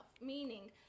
Meaning